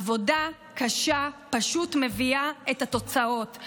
עבודה קשה פשוט מביאה את התוצאות,